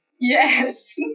Yes